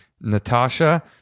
Natasha